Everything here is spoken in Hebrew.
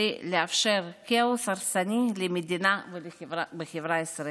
כדי לאפשר כאוס הרסני במדינה ובחברה הישראלית.